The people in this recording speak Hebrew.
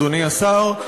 אדוני השר,